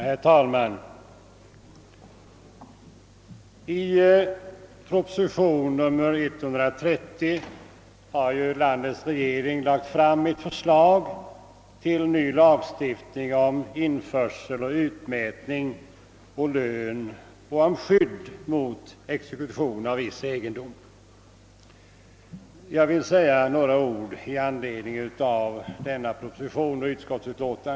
Herr talman! I proposition nr 130 har regeringen lagt fram ett förslag till ny lagstiftning om införsel och utmätning i lön och om skydd mot exekution av viss egendom. Jag vill något beröra denna proposition och första lagutskottets utlåtande nr 48.